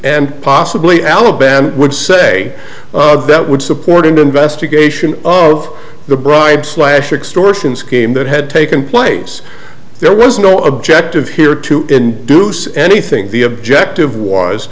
and possibly alabama would say that would support an investigation of the bribe slash extortion scheme that had taken place there was no objective here to induce anything the objective was